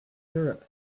europe